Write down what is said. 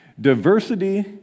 Diversity